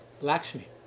Lakshmi